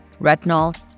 retinol